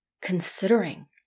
considering